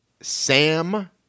Sam